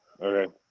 Okay